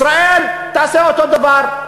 ישראל תעשה אותו דבר.